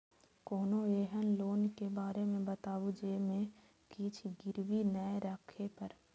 कोनो एहन लोन के बारे मे बताबु जे मे किछ गीरबी नय राखे परे?